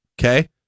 okay